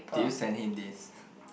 did you send him this